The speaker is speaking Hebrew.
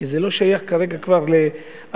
כי זה לא שייך כרגע כבר להסכמה